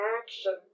action